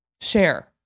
share